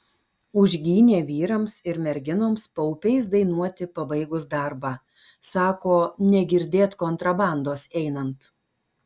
užgynė vyrams ir merginoms paupiais dainuoti pabaigus darbą sako negirdėt kontrabandos einant